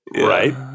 right